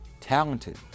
talented